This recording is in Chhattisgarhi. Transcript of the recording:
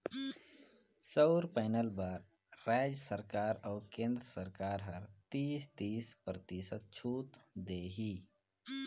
सउर पैनल बर रायज सरकार अउ केन्द्र सरकार हर तीस, तीस परतिसत छूत देही